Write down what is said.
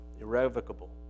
irrevocable